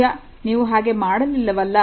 ಸದ್ಯ ನೀವು ಹಾಗೆ ಮಾಡಲಿಲ್ಲವಲ್ಲ